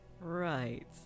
Right